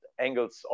angles